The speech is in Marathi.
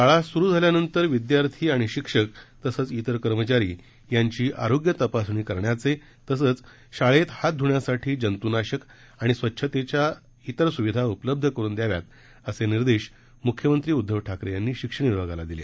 शाळा सुरू झाल्यानंतर विद्यार्थी व शिक्षक तसेच अन्य कर्मचारी यांची आरोग्य तपासणी करण्याचे तसेच शाळेत हात ध्यण्यासाठी जंतूनाशक व स्वच्छतेच्या तर सुविधा उपलब्ध करून द्याव्यात असे निर्देश मुख्यमंत्री उद्दव ठाकरे यांनी शिक्षण विभागाला दिले